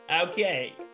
Okay